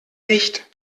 dicht